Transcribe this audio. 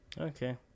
Okay